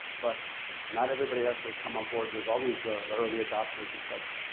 but not everybody has to come on board. there's always the early adopters, et cetera.